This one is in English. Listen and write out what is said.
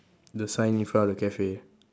the sign in front of the cafe